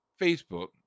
Facebook